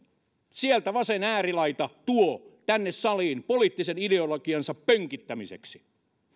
sieltä toinen vasen äärilaita tuo tänne saliin poliittisen ideologiansa pönkittämiseksi